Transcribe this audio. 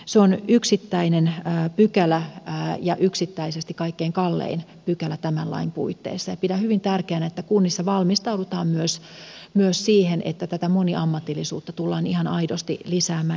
se on yksittäinen pykälä ja yksittäisesti kaikkein kallein pykälä tämän lain puitteissa ja pidän hyvin tärkeänä että kunnissa valmistaudutaan myös siihen että tätä moniammatillisuutta tullaan ihan aidosti lisäämään